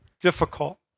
difficult